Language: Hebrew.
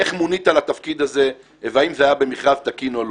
איך מונית לתפקיד הזה והאם זה היה במכרז תקין או לא?